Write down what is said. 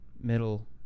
middle